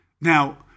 now